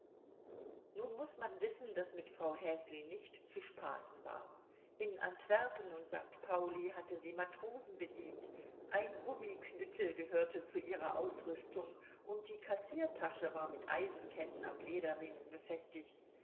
nun muß man wissen daß mit frau häsli nicht zu spaßen war in antwerpen und st pauli hatte sie matrosen bedient ein gummiknüttel gehörte zu ihrer ausrüstung und die kassiertasche war mit eisenketten am lederriemen befestigt